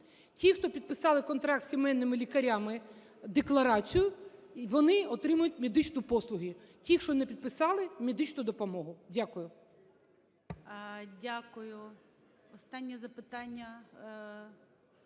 Ті, хто підписали контракт з сімейними лікарями, декларацію, вони отримують медичні послуги, ті, що не підписали, - медичну допомогу. Дякую.